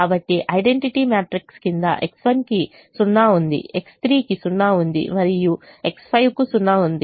కాబట్టి identity matrix క్రింద X1 కి 0 ఉంది X3 కి 0 ఉంది మరియు X5 కు 0 ఉంది